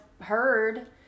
heard